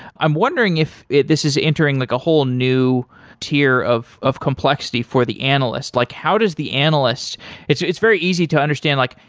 i'm wondering if this is entering like a whole new tier of of complexity for the analyst. like how does the analysts it's it's very easy-to-understand like,